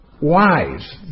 wise